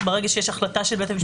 ברגע שיש החלטה של בית המשפט.